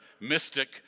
mystic